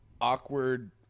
awkward